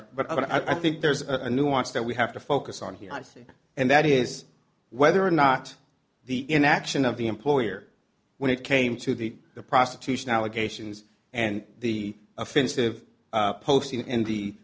honor but i think there's a nuance that we have to focus on here i see and that is whether or not the inaction of the employer when it came to the the prostitution allegations and the offensive posting in the